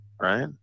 Right